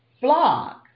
blog